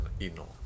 ino